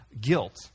guilt